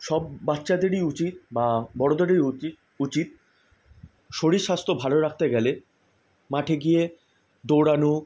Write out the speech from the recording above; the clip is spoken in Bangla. সব বাচ্চাদেরই উচিত বা বড়দেরই উচিত উচিত শরীর স্বাস্থ্য ভালো রাখতে গেলে মাঠে গিয়ে দৌড়ানো